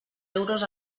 euros